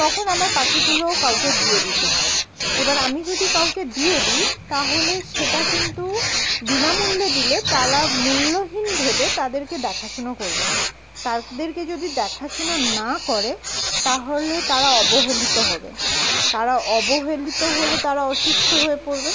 তখন আমার পাখিগুলোও কাউকে দিয়ে দিতে হয় এবার আমি যদি কাউকে দিয়ে দিই তাহলে সেটা কিন্তু বিনামূল্যে দিলে তারা মূল্যহীন ভেবে তাদেরকে দেখাশোনা করবে না তাদেরকে যদি দেখাশোনা না করে তাহলে তারা অবহেলিত হবেন তারা অবহেলিত হলে তারা অসুস্থ হয়ে পড়বে